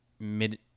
mid